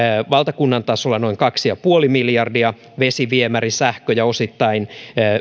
valtakunnan tasolla noin kaksi pilkku viisi miljardia euroa vesi viemäri sähkö ja osittain